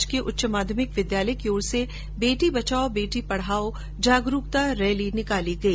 टोंक में राजकीय उच्च माध्यमिक विद्यालय की ओर से बेटी बचाओ बेटी पढाओ जागरूकता रैली निकाली गई